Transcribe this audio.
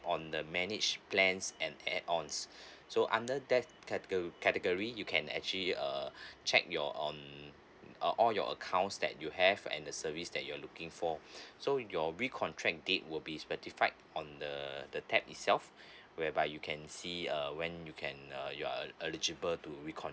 on the manage plans and add ons so under that cate~ category you can actually uh check your on uh all your accounts that you have and the service that you're looking for so your recontract date will be specified on the the tap itself whereby you can see uh when you can uh you are eligible to recon~